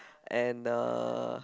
and uh